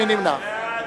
מי נמנע?